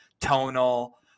tonal